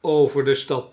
over de stad